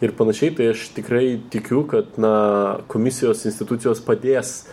ir panašiai tai aš tikrai tikiu kad na komisijos institucijos padės